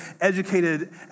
educated